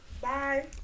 Bye